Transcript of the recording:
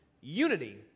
unity